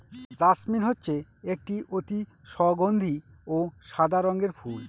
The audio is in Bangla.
জাসমিন হচ্ছে একটি অতি সগন্ধি ও সাদা রঙের ফুল